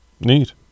Neat